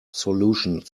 solution